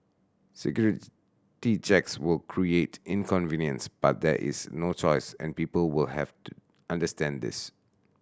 security checks will create inconvenience but there is no choice and people will have to understand this